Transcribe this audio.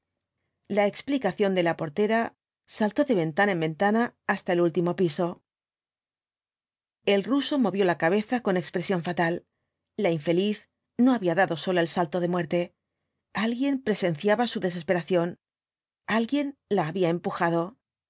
la explicación de la portera saltó de ventana en ventana hasta el último piso el ruso movió la cabeza con expresión fatal la infeliz no había dado sola el salto de muerte alguien presenciaba su desesperación alguien la había empujado